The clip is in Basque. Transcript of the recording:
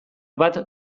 bat